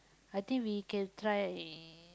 I think we can try